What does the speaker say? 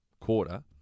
quarter